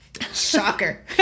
shocker